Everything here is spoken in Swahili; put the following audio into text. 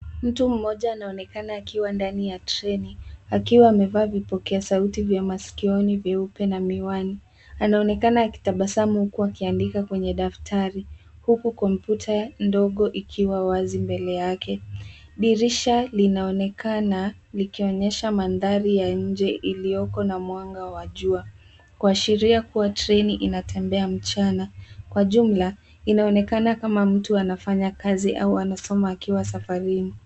Mtu mmoja anonekana akiwa ndani ya treni, akiwa amevaa vipokea sauti vya maskioni vyeupe na miwani, anaonekana akitabasamu huku akiandika kwenye daftari, huku kompyuta ndogo ikiwa wazi mbele yake. Dirisha linaoneka likionyesha mandhari ya nje iliyoko na mwanga wa jua, kuashiria kuwa treni inatembea mchana. Kwa jumla, inaonekana kama mtu anafanya kazi au anasoma akiwa safarini.